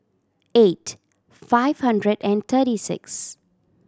eight five hundred and thirty six